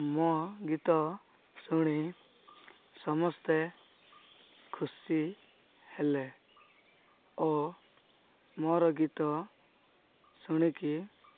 ମୋ ଗୀତ ଶୁଣି ସମସ୍ତେ ଖୁସି ହେଲେ ଓ ମୋର ଗୀତ ଶୁଣିକି